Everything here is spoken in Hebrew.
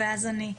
כן, אני גם